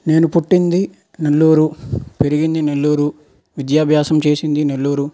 నేను పుట్టింది నెల్లూరు పెరిగింది నెల్లూరు విద్యాభ్యాసం చేసింది నెల్లూరు